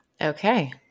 Okay